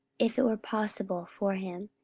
if it were possible for him,